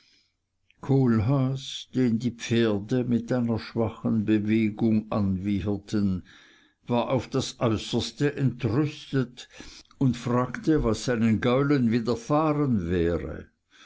kohlhaas den die pferde mit einer schwachen bewegung anwieherten war auf das äußerste entrüstet und fragte was seinen gaulen widerfahren wäre